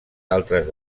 altres